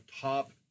top